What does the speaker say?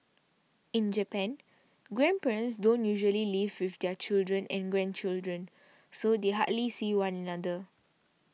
in Japan grandparents don't usually live with their children and grandchildren so they hardly see one another